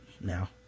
now